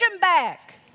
back